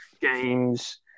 Games